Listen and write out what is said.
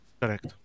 Correct